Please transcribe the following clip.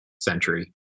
century